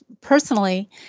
personally